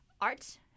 art